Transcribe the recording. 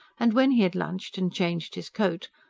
and when he had lunched and changed his coat,